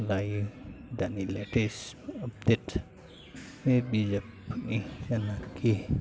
लायो दानि latest update बे बिजाबनि जेनाखि